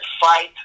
fight